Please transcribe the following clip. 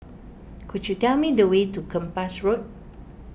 could you tell me the way to Kempas Road